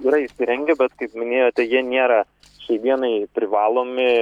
yra įsirengę bet kaip minėjote jie nėra šiai dienai privalomi